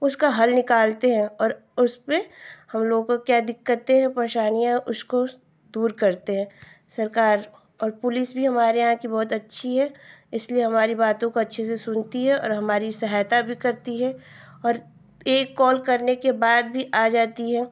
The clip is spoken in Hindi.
उसका हल निकालती है और उसपर हमलोगों को क्या दिक्कतें हैं परेशानियाँ हैं उसको दूर करती है सरकार और पुलिस भी हमारे यहाँ की बहुत अच्छी है इसलिए हमारी बातों को बहुत अच्छे से सुनती है और हमारी सहायता भी करती है और एक कॉल करने के बाद भी आ जाती है